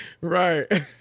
Right